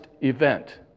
event